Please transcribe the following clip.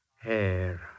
Hair